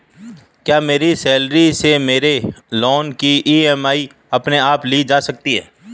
क्या मेरी सैलरी से मेरे लोंन की ई.एम.आई अपने आप ली जा सकती है?